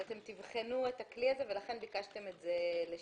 שאתם תבחנו את הכלי הזה ולכן ביקשתם את זה לשנה.